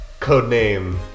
Codename